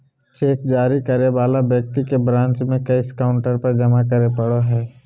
cheque जारी करे वाला व्यक्ति के ब्रांच में कैश काउंटर पर जमा करे पड़ो हइ